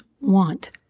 want